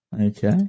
Okay